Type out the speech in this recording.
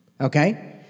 okay